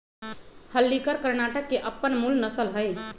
हल्लीकर कर्णाटक के अप्पन मूल नसल हइ